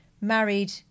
married